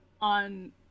on